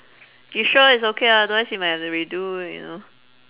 you sure it's okay ah otherwise we might have to redo you know